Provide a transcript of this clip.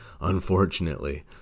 unfortunately